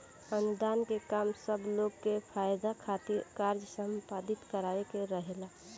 अनुदान के काम सब लोग के फायदा खातिर कार्य संपादित करावे के रहेला